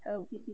oh